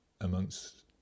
amongst